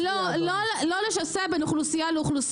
לא, לא, לא לשסע בין אוכלוסייה לאוכלוסייה.